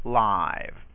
live